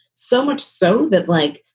so much so that, like,